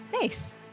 nice